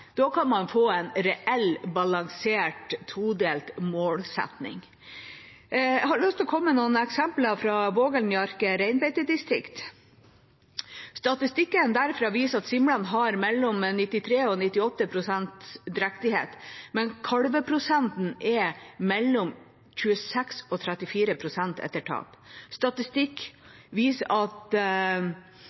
Da kan man få en reell, balansert, todelt målsetting. Jeg har lyst til å komme med noen eksempler fra Voengelh-Njaarke reinbeitedistrikt. Statistikken derfra viser at simlene har mellom 93 og 98 pst. drektighet, men kalveprosenten er mellom 26 og 34 pst. etter tap. Statistikk viser at